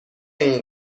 این